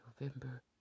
November